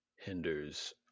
hinders